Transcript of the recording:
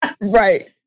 right